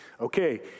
Okay